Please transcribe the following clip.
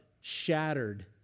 Shattered